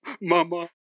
Mama